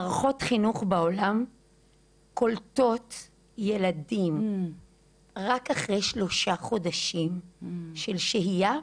מערכות חינוך בעולם קולטות ילדים רק אחרי שלושה חודשים של שהייה,